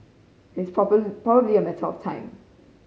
it's probably a matter of time